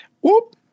Whoop